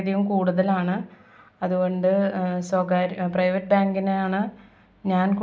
മൊത്തത്തിൽ ഒരു ഇറിറ്റേറ്റിങ് ആയിട്ട് തോന്നാ അങ്ങനെ ഒരു ചൊറിച്ചിലോ അങ്ങനെ എന്തോ